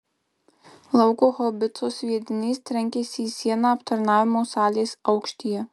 lauko haubicos sviedinys trenkėsi į sieną aptarnavimo salės aukštyje